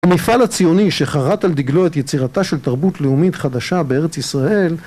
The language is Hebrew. המפעל הציוני שחרט על דגלו את יצירתה של תרבות לאומית חדשה בארץ ישראל